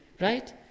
Right